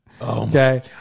Okay